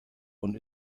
und